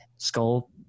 skull